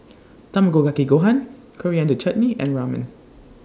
Tamago Kake Gohan Coriander Chutney and Ramen